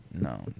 No